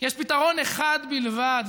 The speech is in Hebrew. יש פתרון אחד בלבד,